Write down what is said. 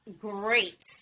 great